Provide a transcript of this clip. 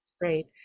Great